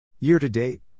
Year-to-date